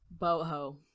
Boho